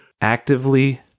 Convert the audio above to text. actively